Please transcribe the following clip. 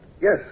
Yes